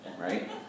right